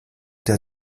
der